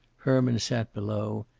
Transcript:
herman sat below,